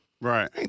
Right